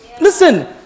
Listen